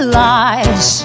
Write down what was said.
lies